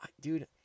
dude